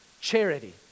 charity